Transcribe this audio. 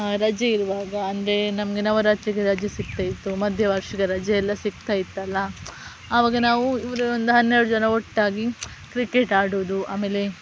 ರಜೆ ಇರುವಾಗ ಅಂದರೆ ನಮಗೆ ನವರಾಜಗೆ ರಜೆ ಸಿಗ್ತಾಯಿತ್ತು ಮಧ್ಯೆ ವರ್ಷದ ರಜೆ ಎಲ್ಲ ಸಿಗ್ತಾಯಿತ್ತಲ್ಲ ಆವಾಗ ನಾವು ಇವ್ರೊಂದು ಹನ್ನೆರ್ಡು ಜನ ಒಟ್ಟಾಗಿ ಕ್ರಿಕೆಟ್ ಆಡೋದು ಆಮೇಲೆ